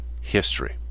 history